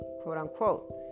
quote-unquote